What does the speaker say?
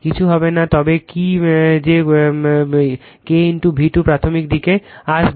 কিচ্ছু হবে না তবে কি যে কলে KV2 প্রাথমিক দিকে আসবে